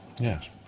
Yes